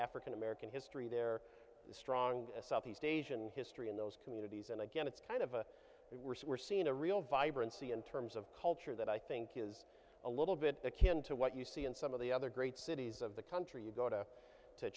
african american history there is strong southeast asian history in those communities and again it's kind of a bit worse we're seeing a real vibrancy in terms of culture that i think is a little bit akin to what you see in some of the other great cities of the country you go to to